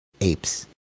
apes